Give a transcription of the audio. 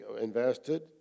invested